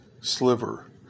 sliver